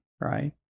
right